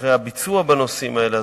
אחרי הביצוע בנושאים האלה,